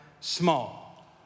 small